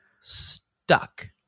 stuck